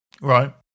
Right